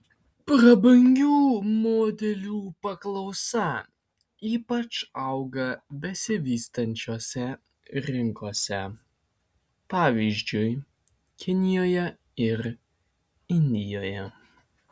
prabangių modelių paklausa ypač auga besivystančiose rinkose pavyzdžiui kinijoje ir indijoje